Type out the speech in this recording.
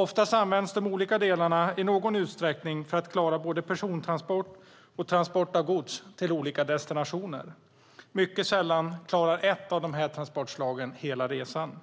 Oftast används de olika delarna i någon utsträckning för att klara både persontransport och transport av gods till olika destinationer. Mycket sällan klarar ett av transportslagen hela resan.